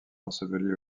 enseveli